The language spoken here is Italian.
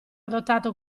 adottato